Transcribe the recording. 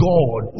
God